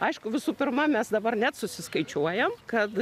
aišku visų pirma mes dabar net susiskaičiuojam kad